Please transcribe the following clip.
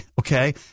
Okay